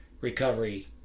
recovery